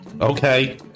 Okay